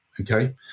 Okay